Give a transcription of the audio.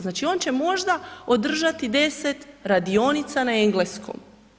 Znači on će možda održati 10 radionica na engleskom.